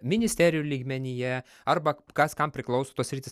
ministerijų lygmenyje arba kas kam priklauso tos sritys